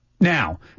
Now